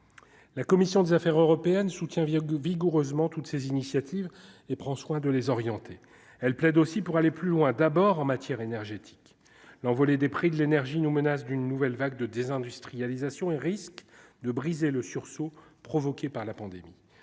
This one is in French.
la commission des Affaires européennes, soutient vigoureusement toutes ces initiatives et prend soin de les orienter, elle plaide aussi pour aller plus loin, d'abord en matière énergétique, l'envolée des prix de l'énergie nous menace d'une nouvelle vague de désindustrialisation et risque de briser le sursaut provoqué par la pandémie